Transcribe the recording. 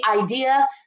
idea